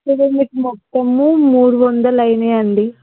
ఇప్పుడు మీకు మొత్తంలో మూడు వందలు అయినాయండి